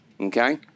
okay